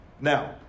now